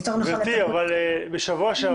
בשבוע שעבר